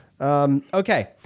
Okay